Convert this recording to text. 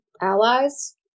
allies